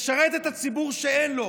לשרת את הציבור שאין לו,